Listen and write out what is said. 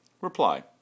reply